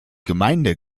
gemeinde